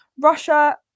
russia